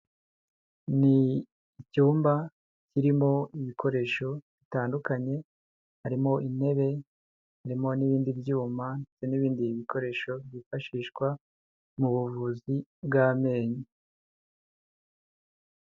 Ni icyumba kirimo ibikoresho bitandukanye harimo intebe, harimo n'ibindi byuma ndetse n'ibindi bikoresho byifashishwa mu buvuzi bw'amenyo.